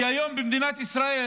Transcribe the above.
כי היום במדינת ישראל